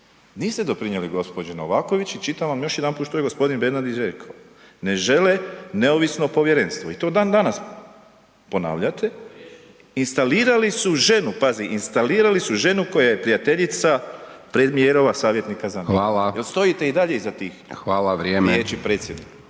Niste doprinijeli gđi. Novaković i čitam vam još jedanput što je g. Bernardić rekao. Ne žele neovisno povjerenstvo i to dan danas ponavljate. Instalirali su ženu, pazi, instalirali su ženu koja je prijateljica premijerova savjetnika za .../Govornik se ne razumije./...